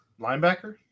linebacker